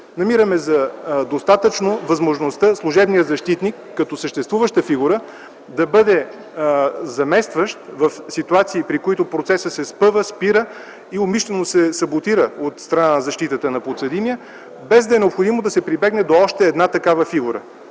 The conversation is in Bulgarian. Намираме за достатъчна възможността служебният защитник като съществуваща фигура да бъде заместващ в ситуации, при които процесът се спъва, спира и умишлено се саботира от страна на защитата на подсъдимия, без да е необходимо да се прибегне до още една такава фигура.